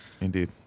Indeed